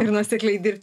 ir nuosekliai dirbt